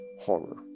horror